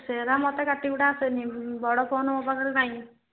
ସେଗୁଡ଼ା ମୋତେ କାଟି କୁଟା ଆସେନି ବଡ଼ ଫୋନ ମୋ ପାଖରେ ନାଇଁ